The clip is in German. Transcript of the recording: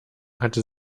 hatte